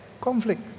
conflict